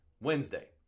Wednesday